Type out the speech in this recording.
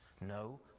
No